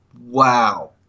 Wow